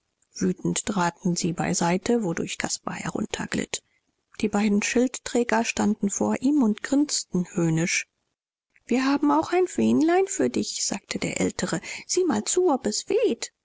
wütend traten sie beiseite wodurch caspar herunterglitt die beiden schildträger standen vor ihm und grinsten höhnisch wir haben auch ein fähnlein für dich sagte der ältere sieh mal zu ob